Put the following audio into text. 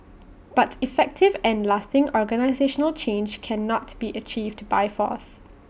but effective and lasting organisational change cannot be achieved by force